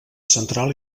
central